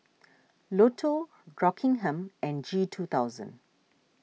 Lotto Rockingham and G two thousand